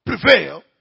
prevail